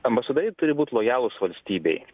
ambasadoriai turi būt lojalūs valstybei